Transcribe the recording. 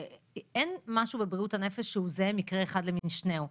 אין משהו בבריאות הנפש שהוא זהה מקרה אחד למשנהו.